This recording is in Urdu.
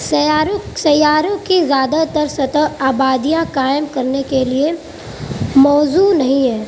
سیارو سیاروں کی زیادہ تر سطح آبادیاں قائم کرنے کے لئے موزوں نہیں ہے